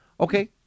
Okay